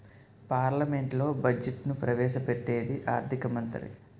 పార్లమెంట్లో బడ్జెట్ను ప్రవేశ పెట్టేది ఆర్థిక మంత్రి